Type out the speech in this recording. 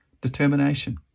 determination